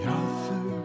author